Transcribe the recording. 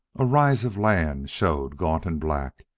a rise of land showed gaunt and black,